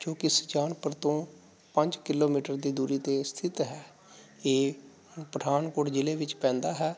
ਜੋ ਕਿ ਸੁਜਾਨਪੁਰ ਤੋਂ ਪੰਜ ਕਿਲੋਮੀਟਰ ਦੀ ਦੂਰੀ 'ਤੇ ਸਥਿਤ ਹੈ ਇਹ ਪਠਾਨਕੋਟ ਜ਼ਿਲ੍ਹੇ ਵਿੱਚ ਪੈਂਦਾ ਹੈ